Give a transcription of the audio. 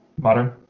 Modern